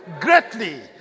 greatly